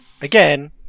Again